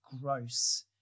gross